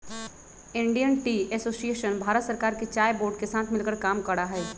Indian tea association Bharat सरकार के चाय बोर्ड के साथ मिलकर काम करा हई